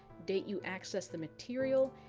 date you accessed the material,